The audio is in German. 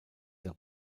der